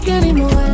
anymore